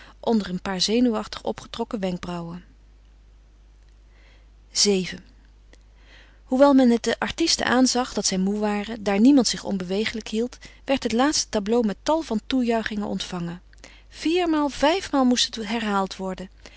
onder een paar zenuwachtig opgetrokken wenkbrauwen vii hoewel men het den artisten aanzag dat zij moê waren daar niemand zich onbewegelijk hield werd het laatste tableau met tal van toejuichingen ontvangen viermaal vijfmaal moest het herhaald worden